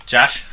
Josh